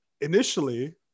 initially